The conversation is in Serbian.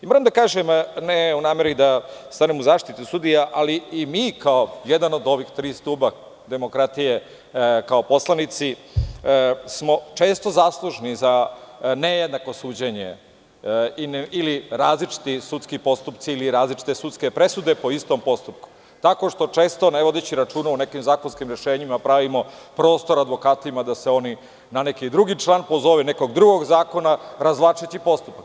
Moram da kažem, ne u nameri da stanem u zaštitu sudija, ali i mi kao jedan od ova tri stuba demokratije, kao poslanici smo često zaslužni za nejednako suđenje ili različiti sudski postupci ili različite sudske presude po istom postupku, tako što često ne vodeći računa u nekim zakonskim rešenjima pravimo prostor advokatima da se oni na neki drugi član pozovu nekog drugog zakona razvlačeći postupak